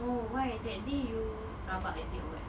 oh why that day you rabak is it or what